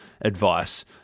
advice